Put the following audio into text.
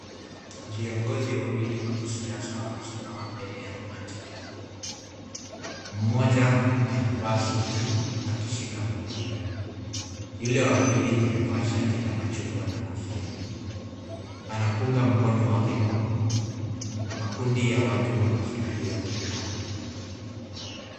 Viongozi wawili wa kisiasa wamesimama mbele ya umati mkubwa , mmoja alivaa suti akishika mwingine, yule wapili amevaa shati ya mashungwa na kofia , anapunga mkono wake kwa uma , makundi ya watu wanafurahia mkutano.